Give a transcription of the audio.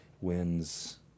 wins